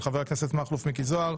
של חבר הכנסת מכלוף מיקי זוהר.